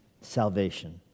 salvation